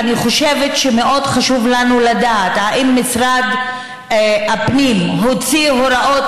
אני חושבת שמאוד חשוב לנו לדעת אם משרד הפנים הוציא הוראות